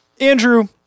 Andrew